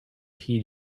heed